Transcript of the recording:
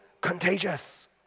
contagious